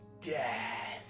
death